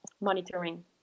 monitoring